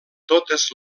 totes